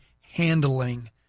handling